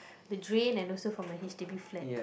the drain and also from a H_D_B flat